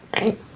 right